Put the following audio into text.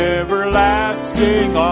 everlasting